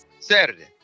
Saturday